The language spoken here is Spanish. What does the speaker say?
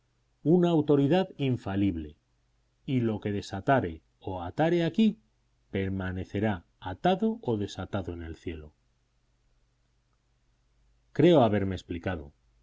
una autoridad infalible y lo que desatare